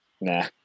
Nah